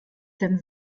denn